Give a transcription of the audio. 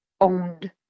owned